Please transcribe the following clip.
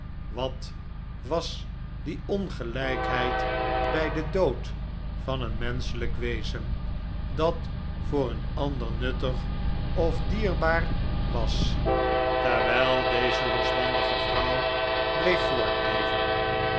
wat was die ongelijkheid bij den dood van een menschelijk wezen dat voor een ander nuttig of dierbaar was terwijl deze losbandige vrouw bleef voortleven